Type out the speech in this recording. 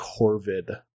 corvid